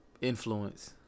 Influence